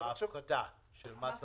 ההפחתה של מס הרכישה.